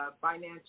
financial